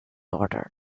ordered